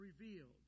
revealed